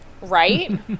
Right